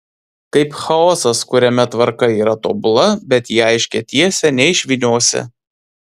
kaip chaosas kuriame tvarka yra tobula bet į aiškią tiesę neišvyniosi